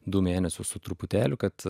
du mėnesius su truputėliu kad